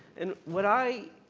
and what i